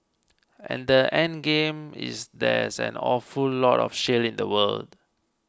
and the endgame is there's an awful lot of shale in the world